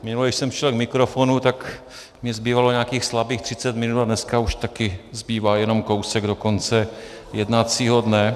Minule, když jsem šel k mikrofonu, tak mně zbývalo nějakých slabých třicet minut a dneska už také zbývá jenom kousek do konce jednacího dne.